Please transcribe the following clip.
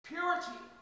Purity